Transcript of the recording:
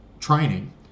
training